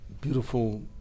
beautiful